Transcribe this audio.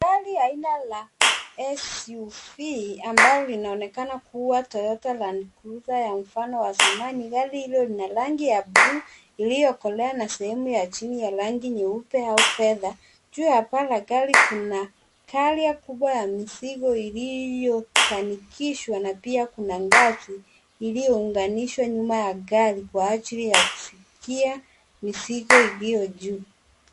Gari aina ya SUV ambalo linaonekana kuwa Toyota LandCruiser ya mfano wa zamani. Gari hilo lina rangi ya buluu iliyokolea na sehemu ya chini ya rangi nyeupe au fedha. Juu ya paa la gari kuna carrier kubwa ya mizigo iliyofanikishwa. Na pia kuna ngazi iliyounganishwa nyuma ya gari kwa ajili ya kufikia mizigo iliyo juu.